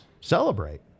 celebrate